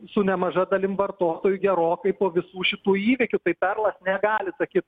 su nemaža dalim vartotojų gerokai po visų šitų įvykių tai perlas negali sakyt